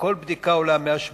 וכל בדיקה עולה 180 שקלים.